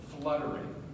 fluttering